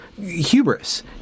hubris